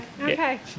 Okay